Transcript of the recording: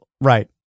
Right